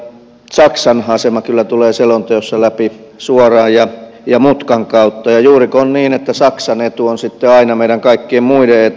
saksan asema kyllä tulee selonteossa läpi suoraan ja mutkan kautta ja juuriko on niin että saksan etu on sitten aina meidän kaikkien muiden etu